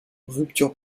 rupture